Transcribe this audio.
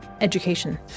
education